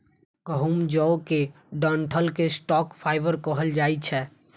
गहूम, जौ के डंठल कें स्टॉक फाइबर कहल जाइ छै